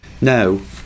no